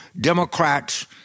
Democrats